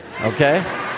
okay